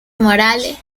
morales